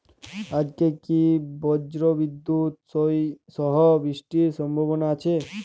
আজকে কি ব্রর্জবিদুৎ সহ বৃষ্টির সম্ভাবনা আছে?